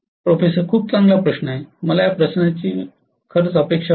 professor खूप चांगला प्रश्न मला या प्रश्नाची अपेक्षा होती